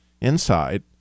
inside